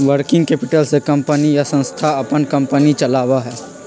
working capital से company या संस्था अपन कंपनी चलावा हई